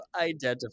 identify